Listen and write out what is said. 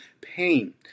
pain